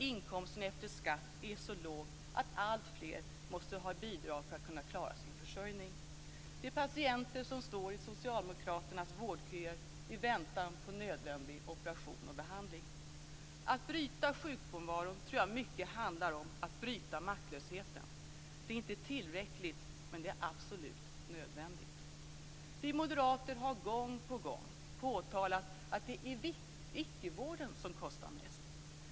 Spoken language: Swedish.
Inkomsten efter skatt är så låg att alltfler måste ha bidrag för att kunna klara sin försörjning. Det är patienter som står i socialdemokraternas vårdköer i väntan på nödvändig operation och behandling. Att bryta sjukfrånvaron tror jag mycket handlar om att bryta maktlösheten. Det är inte tillräckligt, men det är absolut nödvändigt. Vi moderater har gång på gång påtalat att det är ickevården som kostar mest.